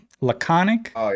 Laconic